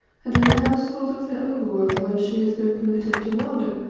and in the household of the over-world whence she has been permitted to wander,